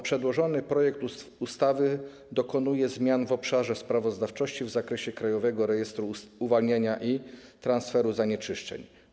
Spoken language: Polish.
Przedłożony projekt ustawy dokonuje zmian w obszarze sprawozdawczości w zakresie Krajowego Rejestru Uwalniania i Transferu Zanieczyszczeń.